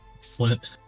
Flint